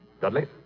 Dudley